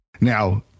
Now